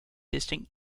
distant